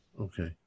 Okay